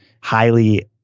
highly